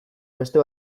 beste